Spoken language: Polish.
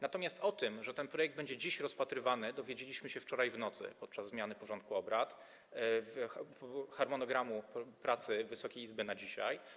Natomiast o tym, że ten projekt będzie dziś rozpatrywany, dowiedzieliśmy się wczoraj w nocy podczas zmiany porządku obrad, harmonogramu pracy Wysokiej Izby na dzisiaj.